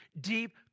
deep